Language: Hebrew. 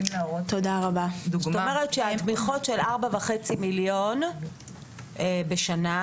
זאת אומרת שהתמיכות של 4.5 מיליון בשנה,